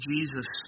Jesus